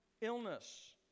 illness